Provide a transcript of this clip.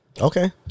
Okay